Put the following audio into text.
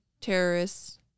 terrorists